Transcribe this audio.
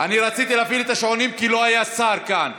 אני רציתי להפעיל את השעונים, כי לא היה כאן שר.